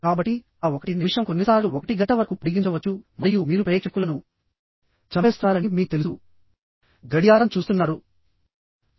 కాబట్టిఆ 1 నిమిషం కొన్నిసార్లు 1 గంట వరకు పొడిగించవచ్చు మరియు మీరు ప్రేక్షకులను చంపేస్తున్నారని మీకు తెలుసు కాబట్టిమరియు వారు గడియారం చూడటం ప్రారంభిస్తారు